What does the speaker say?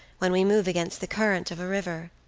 when we move against the current of a river.